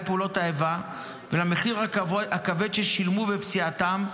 פעולות האיבה ולמחיר הכבד ששילמו בפציעתם,